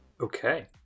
Okay